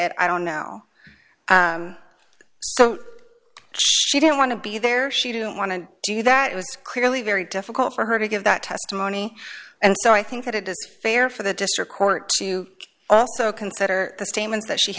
it i don't now so she didn't want to be there she didn't want to do that it was clearly very difficult for her to give that testimony and so i think that it is fair for the district court to also consider the statements that she